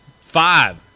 Five